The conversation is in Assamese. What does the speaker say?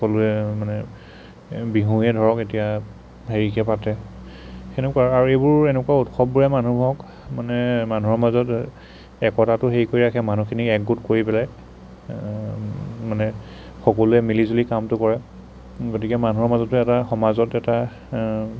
সকলোৱে মানে বিহুৱেই ধৰক এতিয়া হেৰিকৈ পাতে সেনেকুৱা আৰু আৰু এইবোৰ এনেকুৱা উৎসৱবোৰে মানুহক মানে মানুহৰ মাজত একতাটো হেৰি কৰি ৰাখে মানুহখিনিক একগোট কৰি পেলাই মানে সকলোৱে মিলিজুলি কামটো কৰে গতিকে মানুহৰ মাজতো এটা সমাজত এটা